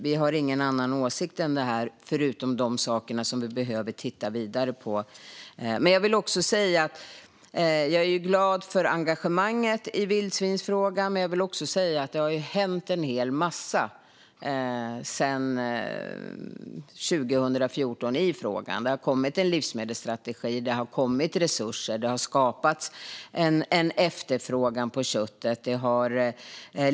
Vi har ingen annan åsikt, förutom att det finns saker som vi behöver titta vidare på. Jag vill också säga att jag är glad för engagemanget i vildsvinsfrågan. Men det har ju hänt en hel massa sedan 2014 i den här frågan. Det har kommit en livsmedelsstrategi. Det har kommit resurser. Det har skapats en efterfrågan på köttet.